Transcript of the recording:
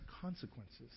consequences